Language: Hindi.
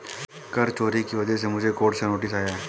कर चोरी की वजह से मुझे कोर्ट से नोटिस आया है